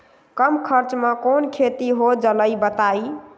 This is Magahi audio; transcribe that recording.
कम खर्च म कौन खेती हो जलई बताई?